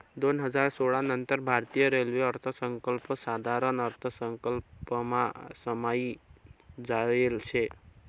दोन हजार सोळा नंतर भारतीय रेल्वे अर्थसंकल्प साधारण अर्थसंकल्पमा समायी जायेल शे